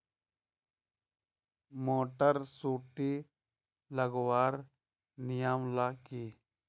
Motor सुटी लगवार नियम ला की?